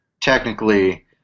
Technically